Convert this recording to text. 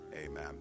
Amen